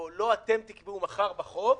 או לא אתם תקבעו מחר בחוק,